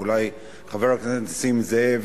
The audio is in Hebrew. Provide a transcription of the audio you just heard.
אולי חבר הכנסת נסים זאב